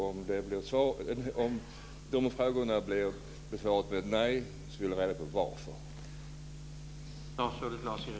Om dessa frågor blir besvarade med ett nej vill jag ha reda på varför.